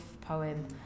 poem